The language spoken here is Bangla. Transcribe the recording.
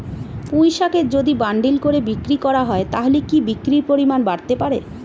পুঁইশাকের যদি বান্ডিল করে বিক্রি করা হয় তাহলে কি বিক্রির পরিমাণ বাড়তে পারে?